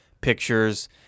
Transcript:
pictures